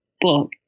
book